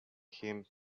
him